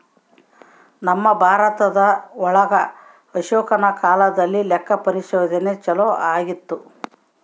ನಮ್ ಭಾರತ ಒಳಗ ಅಶೋಕನ ಕಾಲದಲ್ಲಿ ಲೆಕ್ಕ ಪರಿಶೋಧನೆ ಚಾಲೂ ಆಗಿತ್ತು